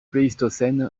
pléistocène